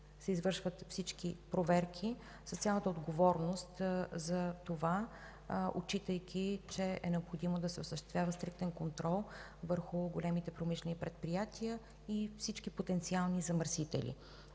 се извършват всички проверки с цялата отговорност за това, отчитайки, че е необходимо да се осъществява стриктен контрол върху големите промишлени предприятия и всички потенциални замърсители.